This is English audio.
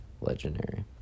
legendary